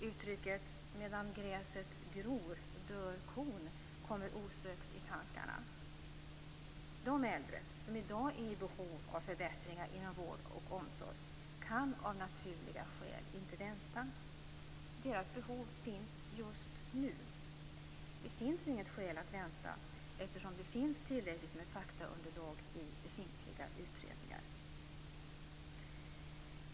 Uttrycket "medan gräset gror dör kon" kommer osökt i tankarna. De äldre som i dag är i behov av förbättringar inom vård och omsorg kan av naturliga skäl inte vänta. Deras behov finns just nu. Det finns inget skäl att vänta, eftersom det finns tillräckligt med faktaunderlag i befintliga utredningar.